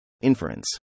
inference